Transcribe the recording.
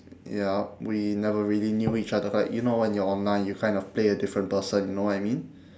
yup we never really knew each other cause like you know when you are online you kind of play a different person you know what I mean